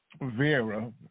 Vera